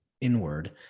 inward